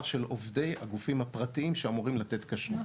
של עובדי הגופים הפרטיים שאמורים לתת כשרות.